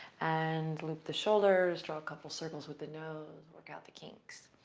and loop the shoulders, draw a couple circles with the nose, work out the kinks.